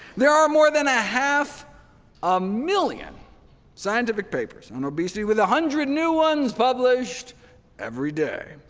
there are more than ah half a million scientific papers on obesity with a hundred new ones published every day.